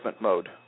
mode